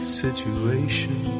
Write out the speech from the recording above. situation